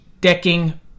decking